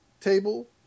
table